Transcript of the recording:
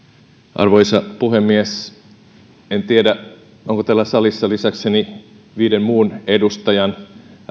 arvoisa puhemies en tiedä onko täällä salissa lisäkseni olevien viiden muun edustajan